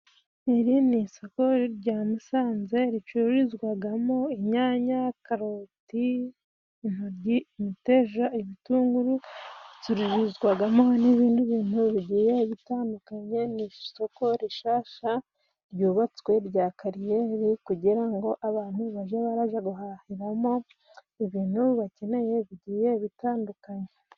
Iri ni isoko rya musanze ricururizwagamo :inyanya, karoti ,intoryi, imiteja ,ibitunguru ,ricurururizwagamo, n'ibindi bintu bigiye bitandukanye. n'isoko rishasha ryubatswe rya kariyeri ,kugira ngo abantu baje baraja guhahiramo ibintu bakeneye bigiye bitandukanye.